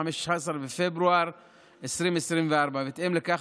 15 בפברואר 2024. בהתאם לכך,